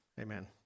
Amen